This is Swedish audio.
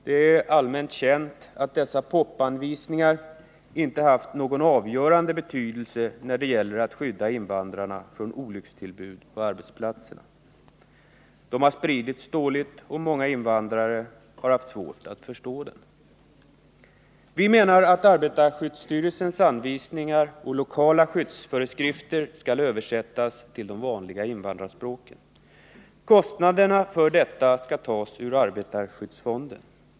Det är allmänt känt att dessa pop-anvisningar inte haft någon avgörande betydelse när det gäller att skydda invandrarna från olyckstillbud 51 på arbetsplatserna. De har spritts dåligt, och många invandrare har haft svårt att förstå dem. Vi menar att arbetarskyddsstyrelsens anvisningar och lokala skyddsföreskrifter skall översättas till de vanliga invandrarspråken. Kostnaderna för detta skall tas ur arbetarskyddsfonden.